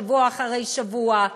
שבוע אחרי שבוע,